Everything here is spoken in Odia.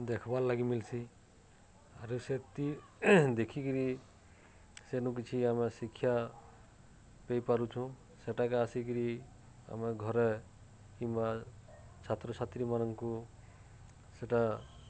ଦେଖ୍ବାର୍ ଲାଗି ମିଲ୍ସି ଆର୍ ସେତି ଦେଖିକିରି ସେନୁ କିଛି ଆମେ ଶିକ୍ଷା ପଇପାରୁଛୁଁ ସେଟାକେ ଆସିକିରି ଆମେ ଘରେ କିମ୍ବା ଛାତ୍ରଛାତ୍ରୀମାନଙ୍କୁ ସେଟା